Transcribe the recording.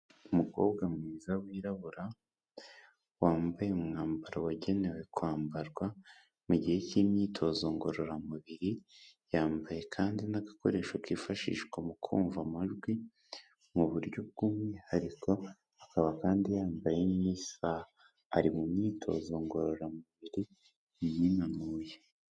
Umukobwa mwiza wirabura, wambaye umwambaro wagenewe kwambarwa mu gihe cy'imyitozo ngororamubiri, yambaye kandi n'agakoresho kifashishwa mu kumva amajwi mu buryo bw'umwihariko, akaba kandi yambaye n'isaha, ari mu myitozo ngororamubiri yinanuye.